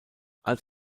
als